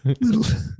Little